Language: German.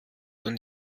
und